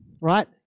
right